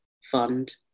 fund